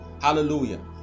Hallelujah